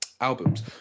albums